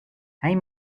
hij